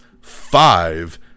five